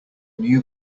new